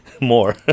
more